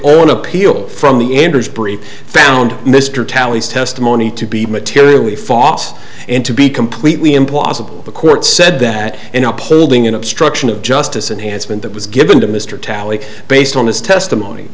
own appeal from the ender's brief found mr tallies testimony to be materially false and to be completely impossible the court said that in uploading an obstruction of justice and has been that was given to mr talley based on his testimony